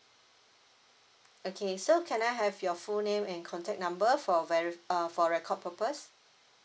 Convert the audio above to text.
okay so can I have your full name and contact number for verif~ uh for record purpose